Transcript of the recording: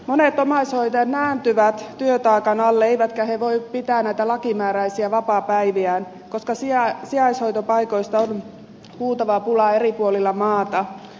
monet omaishoitajat nääntyvät työtaakan alle eivätkä he voi pitää näitä lakimääräisiä vapaapäiviään koska sijaishoitopaikoista on huutava pula eri puolilla maata